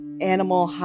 animal